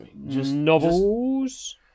novels